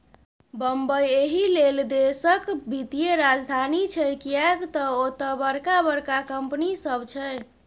बंबई एहिलेल देशक वित्तीय राजधानी छै किएक तए ओतय बड़का बड़का कंपनी सब छै